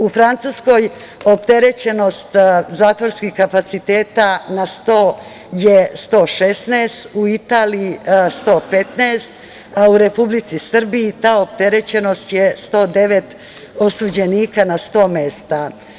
U Francuskoj opterećenost zatvorskih kapaciteta na 100 je 116, u Italiji 115, a u Republici Srbiji ta opterećenost je 109 osuđenika na 100 mesta.